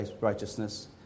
righteousness